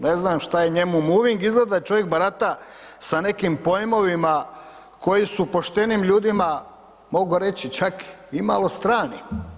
Ne znam šta je njemu moving, izgleda da čovjek barata sa nekim pojmovima koje su poštenim ljudima mogu reći čak i malo strani.